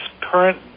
current